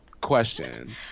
question